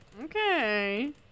okay